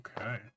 Okay